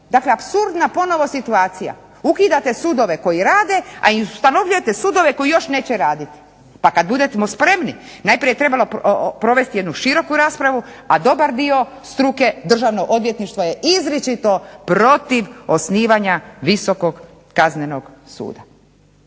Dakle apsurdna ponovo situacija, ukidate sudove koji rade, a ustanovljujete sudove koji još neće raditi. Pa kad budemo spremni najprije trebamo provesti jednu široku raspravu, a dobar dio struke Državno odvjetništvo je izričito protiv osnivanja Visokog kaznenog suda